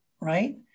right